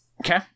Okay